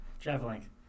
Traveling